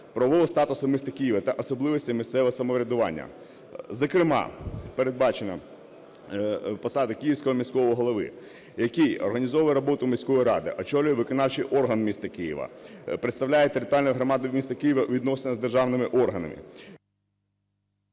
правового статусу міста Києва та особливості місцевого самоврядування. Зокрема, передбачено посади київського міського голови, який організовує роботу міської ради, очолює виконавчий орган міста Києва, представляє територіальну громаду міста Києва у відносинах з державними органами…